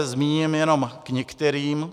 Zmíním se jenom k některým.